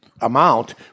amount